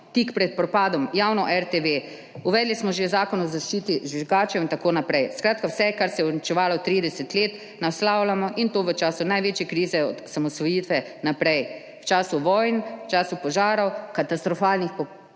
tik pred propadom javno RTV. Uvedli smo že zakon o zaščiti žvižgačev in tako naprej. Skratka, vse kar se je uničevalo 30 let, naslavljamo in to v času največje krize od osamosvojitve naprej, v času vojn, v času požarov, katastrofalnih poplav